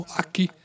aqui